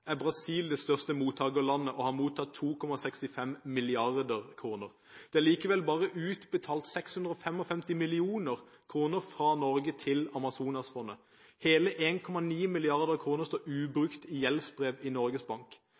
satsingen. Brasil er så langt det største mottagerlandet og har mottatt 2,65 mrd. kr. Det er likevel bare utbetalt 655 mill. kr fra Norge til Amazonasfondet – hele 1,9 mrd. kr står ubrukt i gjeldsbrev i Norges Bank.